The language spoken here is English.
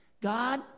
God